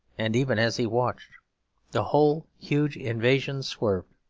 and even as he watched the whole huge invasion swerved.